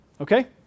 Okay